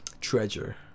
treasure